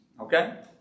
Okay